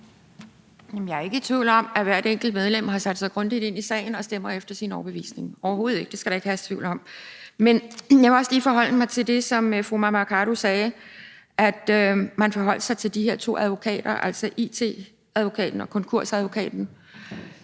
Jeg er ikke i tvivl om, at hvert enkelt medlem har sat sig grundigt ind i sagen og stemmer efter sin overbevisning, overhovedet ikke, det skal der ikke herske tvivl om. Men jeg vil også lige forholde mig til det, som fru Mai Mercado sagde, nemlig at man forholdt sig til vurderingen fra de her to advokater, altså it-advokaten og konkursadvokaten,